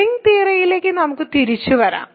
ring തിയറിയിലേക്ക് നമുക്ക് തിരിച്ചുവരാം